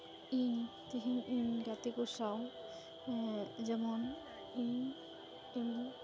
ᱤᱧ ᱛᱮᱦᱤᱧ ᱤᱧ ᱜᱟᱛᱮ ᱠᱚ ᱥᱟᱶ ᱡᱮᱢᱚᱱ ᱤᱧ